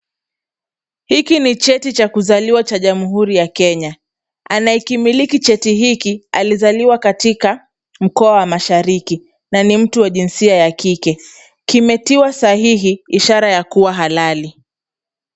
Hiki ni cheti cha kuzaliwa cha jamhuri ya Kenya. Anayekimiliki cheti hiki, alizaliwa katika mkoa wa mashariki, na ni mtu wa jinsia ya kike. Kimetiwa sahihi, ishara ya kuwa halali.